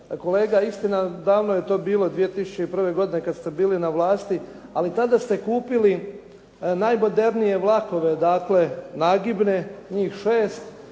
Kolega, istina, davno je to bilo 2001. godine kada ste bili na vlasti ali tada ste kupili najmodernije vlakove, dakle, nagibne, njih 6